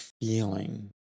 feeling